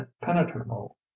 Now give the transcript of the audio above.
penetrable